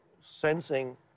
sensing